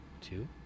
two